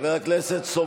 חבר הכנסת סובה,